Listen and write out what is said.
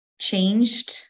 changed